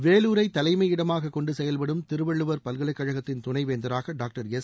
வேலூரை தலைமையிடமாக கொண்டு செயல்படும் திருவள்ளுவர் பல்கலைக் கழகத்தின் துணைவேந்தராக டாக்டர் எஸ்